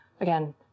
again